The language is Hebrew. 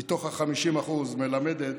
מתוך ה-50%, מלמדת